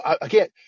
Again